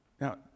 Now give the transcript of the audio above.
Now